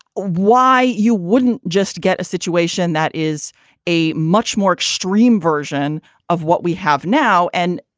why you wouldn't just get a situation that is a much more extreme version of what we have now. and